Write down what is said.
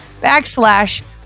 backslash